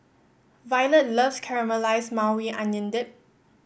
Violet loves Caramelize Maui Onion Dip